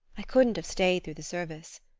i couldn't have stayed through the service.